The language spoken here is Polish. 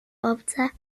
obca